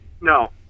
No